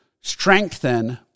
strengthen